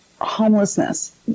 homelessness